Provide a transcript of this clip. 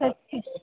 अस्तु